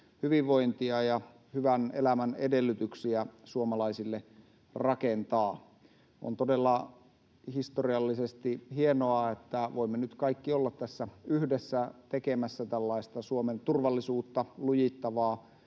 hyvinvointia ja hyvän elämän edellytyksiä suomalaisille rakentaa. On todella historiallisesti hienoa, että voimme nyt kaikki olla tässä yhdessä tekemässä tällaista Suomen turvallisuutta lujittavaa